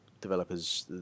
developers